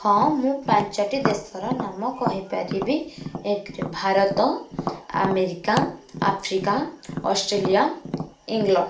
ହଁ ମୁଁ ପାଞ୍ଚଟି ଦେଶର ନାମ କହିପାରିବି ଏକରେ Bharat America Africa Australia England